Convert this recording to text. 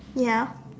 ya